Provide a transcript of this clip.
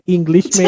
English